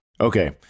okay